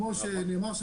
כמו שנאמר,